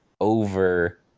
over